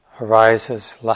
arises